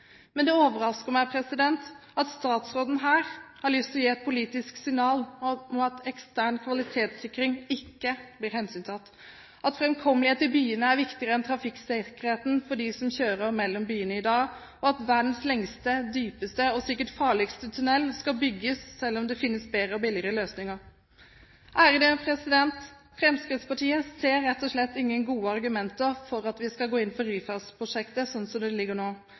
Men det overrasker meg at statsråden her har lyst til å gi et politisk signal om at ekstern kvalitetssikring ikke blir hensyntatt, at framkommelighet i byene er viktigere enn sikkerheten for dem som kjører mellom de store byene i dag, og at verdens lengste, dypeste og sikkert farligste tunnel skal bygges selv om det finnes bedre og billigere løsninger. Fremskrittspartiet ser rett og slett ingen gode argumenter for at vi skal gå inn for Ryfastprosjektet, som det ligger nå.